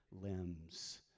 limbs